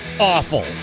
Awful